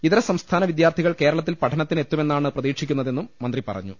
ഇതര സംസ്ഥാന വിദ്യാർത്ഥികൾ ്കേരളത്തിൽ പഠനത്തിന് എത്തുമെന്നാണ് പ്രതീക്ഷിക്കുന്നതെന്നും മന്ത്രി പറഞ്ഞു